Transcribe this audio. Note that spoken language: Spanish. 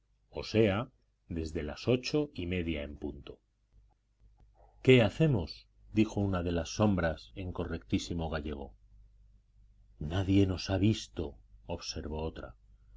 o sea desde las ocho y media en punto qué hacemos dijo una de las sombras en correctísimo gallego nadie nos ha visto observó otra